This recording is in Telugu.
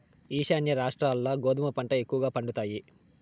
ఈశాన్య రాష్ట్రాల్ల గోధుమ పంట ఎక్కువగా పండుతాయి